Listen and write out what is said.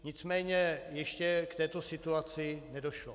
Nicméně ještě k této situaci nedošlo.